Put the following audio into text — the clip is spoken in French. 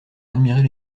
admirer